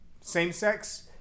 Same-sex